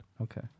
Okay